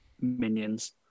minions